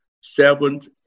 seventh